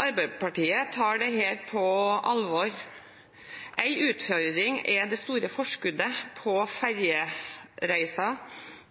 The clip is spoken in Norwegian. Arbeiderpartiet tar dette på alvor. En utfordring er det store forskuddet som de må sette inn for å få 50 pst. rabatt på